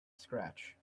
scratch